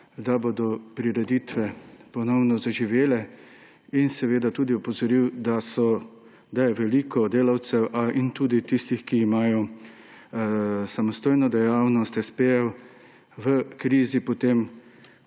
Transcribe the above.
da bodo prireditve ponovno zaživele, in seveda tudi opozoril, da je veliko delavcev in tudi tistih, ki imajo samostojno dejavnost, espeje, v krizi, potem